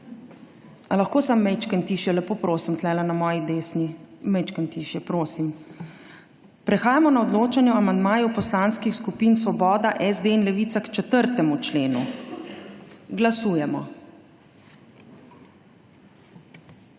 A lahko samo malo tišje, lepo prosim, tukajle na moji desni? Malo tišje, prosim. Prehajamo na odločanje o amandmaju poslanskih skupin Svoboda, SD in Levica k 4. členu. Glasujemo.